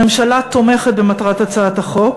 הממשלה תומכת במטרת הצעת החוק,